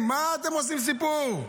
מה אתם עושים סיפור?